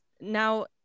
now